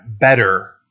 better